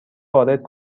وارد